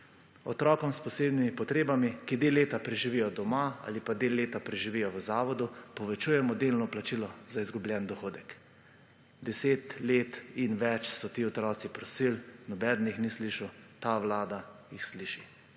Otrokom s posebnimi potrebami, ki del leta preživijo doma ali pa del leta preživijo v zavodu, povečujemo delno plačilo za izgubljeni dohodek. 10 let in več so ti otroci prosili, noben jih ni slišal. Ta vlada jih sliši.